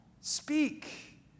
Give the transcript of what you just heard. speak